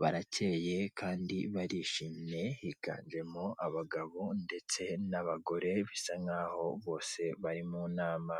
barakeye kandi barishimye higanjemo abagabo ndetse n'abagore bisa nkaho bose bari mu nama.